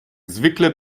zwykle